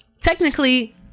Technically